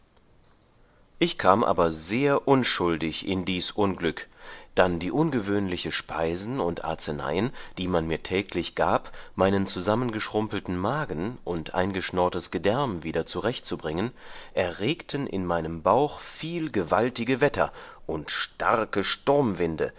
ich kam aber sehr unschuldig in dies unglück dann die ungewöhnliche speisen und arzeneien die man mir täglich gab meinen zusammengeschrumpelten magen und eingeschnorrtes gedärm wieder zurechtzubringen erregten in meinem bauch viel gewaltige wetter und